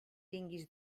tinguis